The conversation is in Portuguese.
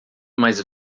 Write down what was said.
mais